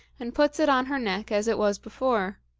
and puts it on her neck as it was before.